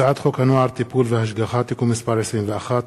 הצעת חוק הנוער (טיפול והשגחה) (תיקון מס' 21),